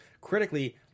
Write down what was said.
critically